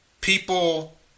People